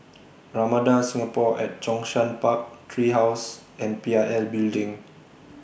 Ramada Singapore At Zhongshan Park Tree House and P I L Building